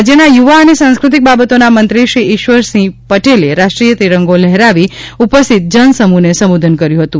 રાજ્યના યૂવા અને સાંસ્ક્રતિક બાબતોના મંત્રી શ્રી ઇશ્વરસિંહ પટેલે રાષ્ટ્રીય તિરંગો લહેરાવી ઉપસ્થિત જનસમૂહને સંબોધન કર્યું હતું